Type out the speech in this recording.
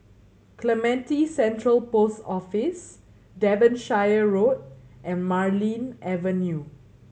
Clementi Central Post Office Devonshire Road and Marlene Avenue